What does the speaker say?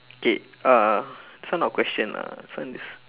K uh this one not question lah this one is